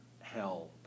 hell